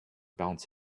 bounce